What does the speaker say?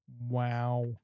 Wow